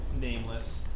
Nameless